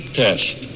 test